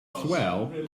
swell